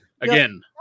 Again